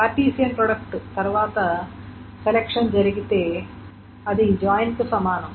Cartesian product తరువాత selection జరిగితే అది జాయిన్ కి సమానం